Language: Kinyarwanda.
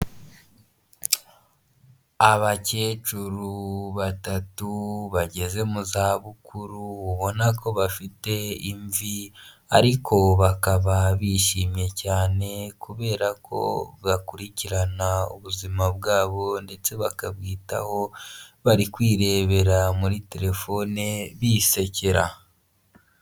Abakecuru batatu bageze mu zabukuru ubona ko bafite imvi ariko bakaba bishimye cyane kubera ko bakurikirana ubuzima bwabo ndetse bakabwitaho bari kwirebera muri terefone bisekera.